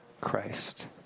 Christ